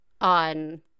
on